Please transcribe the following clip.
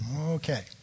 Okay